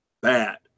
bad